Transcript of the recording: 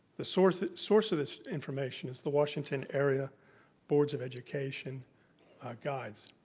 the source of source of this information is the washington area boards of education guides,